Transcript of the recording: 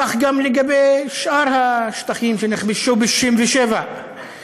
כך גם לגבי שאר השטחים שנכבשו ב-67'.